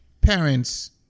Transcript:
parents